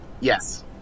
Yes